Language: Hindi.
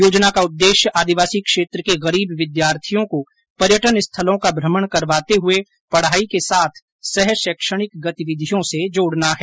योजना का उद्देश्य आदिवासी क्षेत्र के गरीब विद्यार्थियों को पर्यटन स्थलों का भ्रमण करवाते हुए पढ़ाई के साथ सह शैक्षणिक गतिविधियों से जोड़ना है